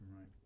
right